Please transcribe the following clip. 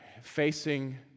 facing